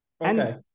Okay